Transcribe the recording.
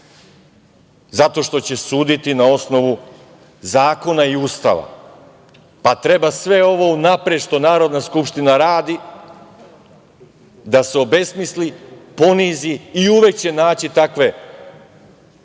što će suditi na osnovu zakona i Ustava, pa treba sve ovo unapred što Narodna skupština radi da se obesmisli, ponizi i uvek će naći takve,